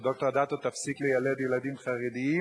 שדוקטור תפסיק לילד ילדים חרדים,